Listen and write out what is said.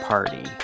Party